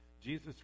Jesus